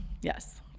yes